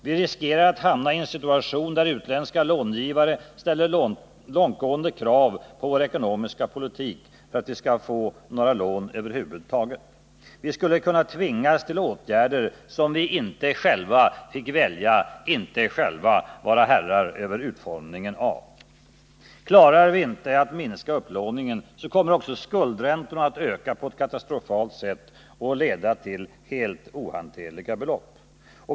Vi riskerar att hamna i en situation, där utländska långivare ställer långtgående krav på vår ekonomiska politik för att vi skall få några lån över huvud taget. Vi skulle kunna tvingas till åtgärder, som vi inte själva fick välja och som vi inte själva fick vara herrar över utformningen av. Klarar vi inte att minska upplåningen, kommer också skuldräntorna att öka på ett katastrofalt sätt och leda till helt ohanterliga belopp.